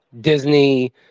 Disney